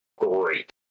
great